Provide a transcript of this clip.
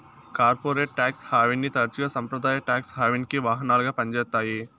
corporate tax హావెన్ని తరచుగా సంప్రదాయ టాక్స్ హావెన్కి వాహనాలుగా పంజేత్తాయి